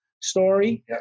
story